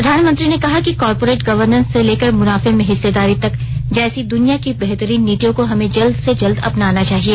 प्रधानमंत्री ने कहा कि कॉरपोरेट गवर्नेस से लेकर मुनाफे में हिस्सेदारी तक जैसी दुनिया की बेहतरीन नीतियों को हमें जल्द से जल्द अपनाना चाहिए